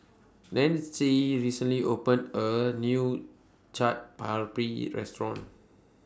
Nanci recently opened A New Chaat Papri Restaurant